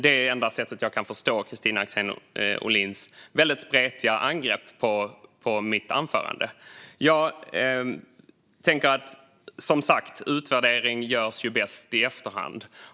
Det är det enda sätt jag kan förstå Kristina Axén Olins väldigt spretiga angrepp på mitt anförande. Jag tänker som sagt att utvärdering görs bäst i efterhand.